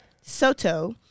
Soto